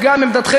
ואת הוויכוחים